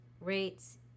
rates